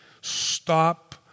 Stop